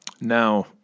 Now